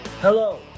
Hello